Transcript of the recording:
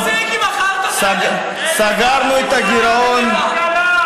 סגרנו את הגירעון.